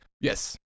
Yes